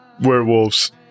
werewolves